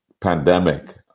pandemic